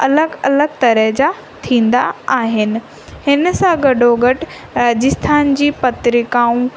अलॻि अलॻि तरह जा थींदा आहिनि हिन सां गॾो गॾु राजस्थान जी पत्रिकाऊं